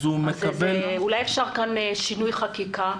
אולי אפשר לעשות כאן שינוי חקיקה?